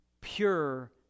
pure